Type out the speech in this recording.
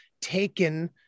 taken